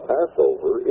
Passover